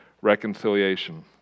reconciliation